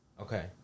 Okay